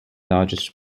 largest